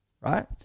right